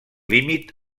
límit